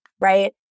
right